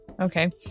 Okay